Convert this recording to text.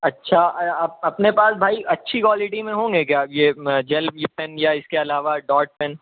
اچھا اپنے پاس بھائی اچھی کوالٹی میں ہوں گے یہ جیل پین یا اس کے علاوہ داٹ پین